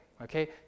okay